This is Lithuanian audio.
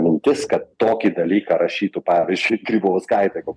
mintis kad tokį dalyką rašytų pavyzdžiui grybauskaitė kaip